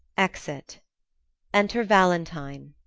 exit enter valentine